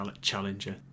Challenger